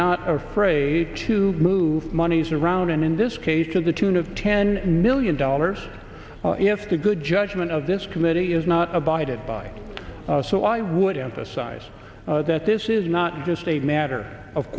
not afraid to move monies around and in this case to the tune of ten million dollars if the good judgment of this committee is not abided by so i would emphasize that this is not just a matter of